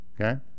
okay